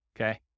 okay